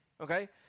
okay